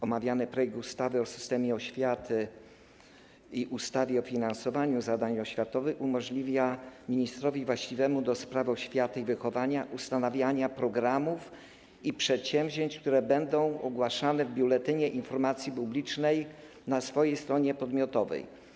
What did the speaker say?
Omawiany projekt ustawy o systemie oświaty i ustawy o finansowaniu zadań oświatowych umożliwia ministrowi właściwemu do spraw oświaty i wychowania ustanawianie programów i przedsięwzięć, które będą ogłaszane w Biuletynie Informacji Publicznej na ich własnej stronie podmiotowej.